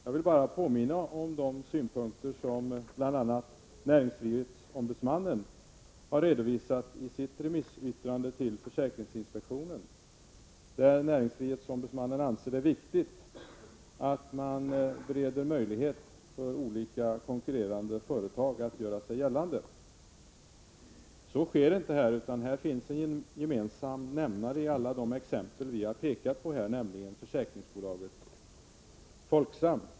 Jag vill bara påminna om de synpunkter som bl.a. näringsfrihetsombudsmannen har redovisat i sitt remissyttrande till försäkringsinspektionen. Näringsfrihetsombudsmannen anser det vara viktigt att man bereder möjlighet för olika konkurrerande företag att göra sig gällande. Så sker inte här, utan här finns en gemensam nämnare i alla de exempel vi har pekat på, nämligen försäkringsbolaget Folksam.